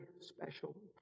special